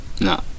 No